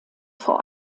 vor